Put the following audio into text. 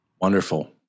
Wonderful